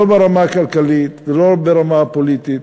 לא ברמה הכלכלית ולא ברמה הפוליטית,